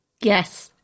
Yes